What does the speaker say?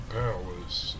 palace